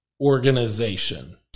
organization